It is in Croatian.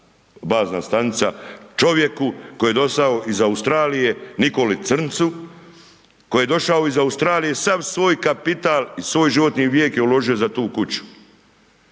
bazna stanica čovjeku koji je došao iz Australije Nikoli Crncu, koji je došao ih Australije sav svoj kapital i svoj životni vijek je uložio za tu kuću.